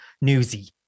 newsy